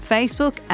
Facebook